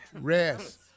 Rest